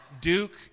Duke